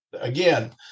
again